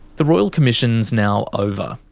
the royal commission is now over.